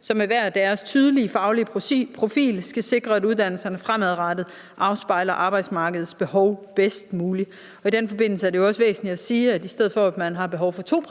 som med hver deres tydelige faglige profil skal sikre, at uddannelserne fremadrettet afspejler arbejdsmarkedets behov bedst muligt. Og i den forbindelse er det også væsentligt at sige, at i stedet for at man har behov for to praktikpladser